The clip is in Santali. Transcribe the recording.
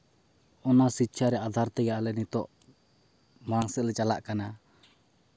ᱚᱱᱟ ᱥᱤᱠᱠᱷᱟ ᱟᱫᱷᱟᱨ ᱛᱮᱜᱮ ᱟᱞᱮ ᱱᱤᱛᱚᱜ ᱢᱟᱲᱟᱝ ᱥᱮᱫᱞᱮ ᱪᱟᱞᱟᱜ ᱠᱟᱱᱟ